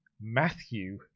Matthew